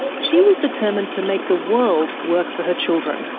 she was determined to make the world work for her children,